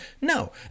No